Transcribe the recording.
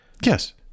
Yes